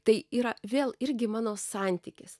tai yra vėl irgi mano santykis